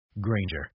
Granger